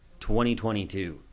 2022